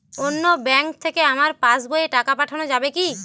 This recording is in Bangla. অন্য ব্যাঙ্ক থেকে আমার পাশবইয়ে টাকা পাঠানো যাবে কি?